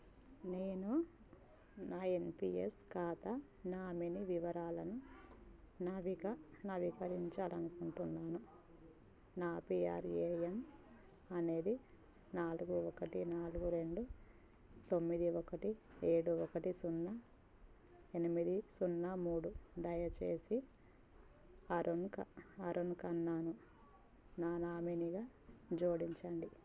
నేను నా N P S ఖాతా నామినీ వివరాలను నవీకరించాలి అనుకుంటున్నాను నా పీ ఆర్ ఏ ఎమ్ అనేది నాలుగు ఒకటి నాలుగు రెండు తొమ్మిది ఒకటి ఏడు ఒకటి సున్నా ఎనిమిది సున్నా మూడు దయచేసి అరుణ్ అరుణ్ కన్నాను నా నామినీగా జోడించండి